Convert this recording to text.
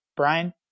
Brian